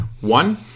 One